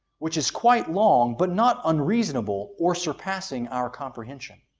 which is quite long but not unreasonable or surpassing our comprehension.